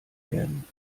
werden